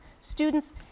students